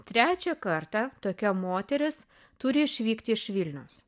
trečią kartą tokia moteris turi išvykti iš vilniaus